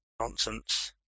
nonsense